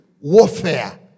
warfare